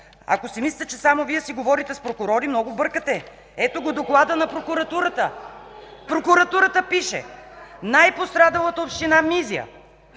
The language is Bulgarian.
Ако си мислите, че само Вие си говорите с прокурори, много бъркате. Ето доклада на прокуратурата. Прокуратурата пише: „Най-пострадалата община Мизия,